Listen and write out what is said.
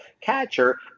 catcher